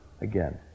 again